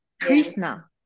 Krishna